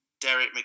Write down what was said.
Derek